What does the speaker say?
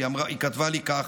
היא כתבה לי כך: